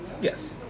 Yes